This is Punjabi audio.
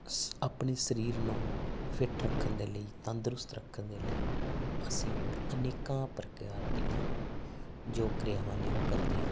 ਆਪਣੇ ਸਰੀਰ ਨੂੰ ਫਿਟ ਰੱਖਣ ਦੇ ਲਈ ਤੰਦਰੁਸਤ ਰੱਖਣ ਦੇ ਲਈ ਅਸੀਂ ਅਨੇਕਾਂ ਪ੍ਰਕਾਰ ਦੀਆਂ ਜੋ ਕਿਰਿਆਵਾਂ ਨੇ ਉਹ ਕਰਦੇ ਆ